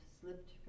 slipped